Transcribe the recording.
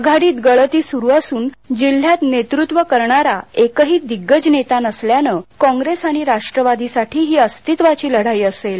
आघाडीत गळती सुरू असून जिल्ह्यात नेतृत्व करणारा एकही दिग्गज नेता नसल्यानं काँप्रेस आणि राष्ट्रवादीसाठी ही अस्तित्वाची लढाई असेल